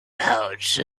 pouch